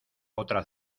otra